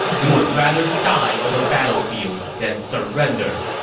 we would rather die on the battlefield than surrender!